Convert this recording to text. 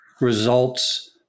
results